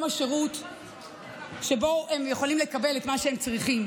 השירות שבו הם יכולים לקבל את מה שהם צריכים.